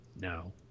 no